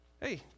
Hey